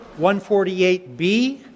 148b